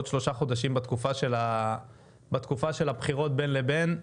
שלושה חודשים בתקופה של הבחירות בין לבין.